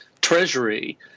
treasury